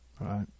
Right